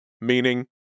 meaning